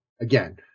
Again